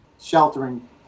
sheltering